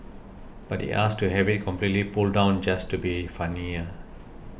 but he asked to have it completely pulled down just to be funnier